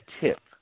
tip